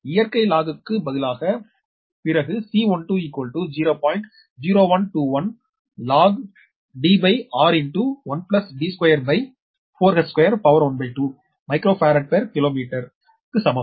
இயற்கை log க்கு பதிலாக பிறகு மைக்ரோ பாராட்பெர் கிலோமீட்டர் க்கு சமம்